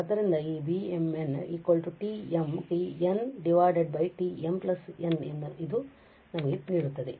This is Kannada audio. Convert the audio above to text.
ಆದ್ದರಿಂದ ಈ Βm n ΓΓ Γmn ಎಂದು ಇದು ಈಗ ನಮಗೆ ನೀಡುತ್ತದೆ